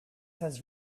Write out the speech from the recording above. has